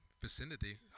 vicinity